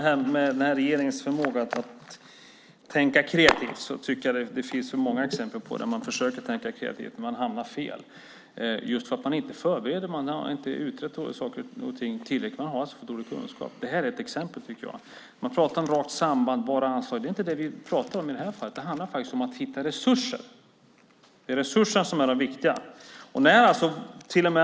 Herr talman! Jag tycker att det finns för många exempel där den här regeringen försöker tänka kreativt men hamnar fel därför att man inte förbereder ordentligt. Man har inte utrett saker och ting tillräckligt. Man har för dålig kunskap. Jag tycker att detta är ett exempel på det. Man pratar bara om rakt samband och anslag. Det är inte det vi pratar om i det här fallet. Det handlar om att hitta resurser. Det är resurserna som är viktiga.